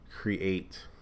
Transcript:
create